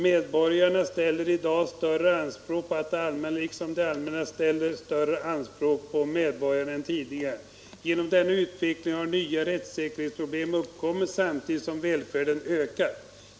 ”Medborgarna ställer i dag större anspråk på det allmänna liksom det allmänna ställer större krav på medborgarna än tidigare. Genom denna utveckling har nya rättssäkerhetsproblem uppkommit samtidigt som välfärden ökat.